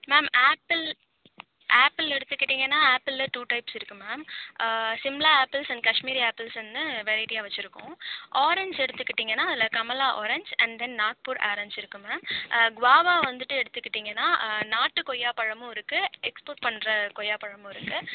ma'am apple apple எடுத்துக்கிட்டிங்கன்னா ஆப்பிளில் two types இருக்கு ma'am Shimla apples and Kashmiri apples வந்து வெரைட்டியாக வச்சுருக்கோம் ஆரெஞ்ச் எடுத்துக்கிட்டிங்கன்னா அதில் Kamala orange and then Nagpur orange இருக்கு மேம் குவாவா வந்துவிட்டு எடுத்துக்கிட்டிங்கன்னா நாட்டுக்கொய்யாப்பழமும் இருக்கு எக்ஸ்போர்ட் பண்ணுற கொய்யாப்பழமும் இருக்கு